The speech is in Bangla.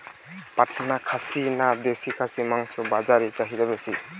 পাটনা খাসি না দেশী খাসির মাংস বাজারে চাহিদা বেশি?